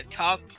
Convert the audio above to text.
talk